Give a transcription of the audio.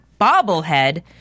bobblehead